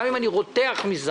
גם אם אני רותח מזעם.